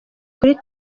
kuri